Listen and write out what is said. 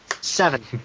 Seven